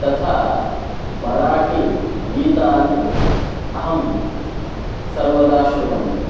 तथा मराठिगीतानि अहं सर्वदा शृणोमि